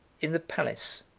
in the palace,